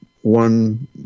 one